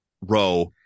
row